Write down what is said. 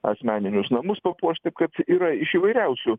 asmeninius namus papuošti taip kad yra iš įvairiausių